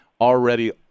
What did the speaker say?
already